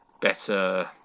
better